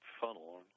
funnel